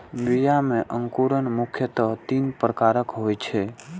बीया मे अंकुरण मुख्यतः तीन प्रकारक होइ छै